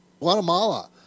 Guatemala